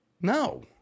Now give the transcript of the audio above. No